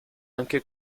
anche